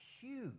huge